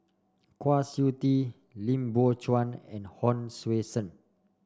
Kwa Siew Tee Lim Biow Chuan and Hon Sui Sen